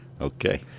okay